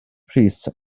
pris